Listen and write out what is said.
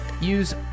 Use